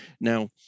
Now